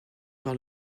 par